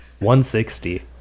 $160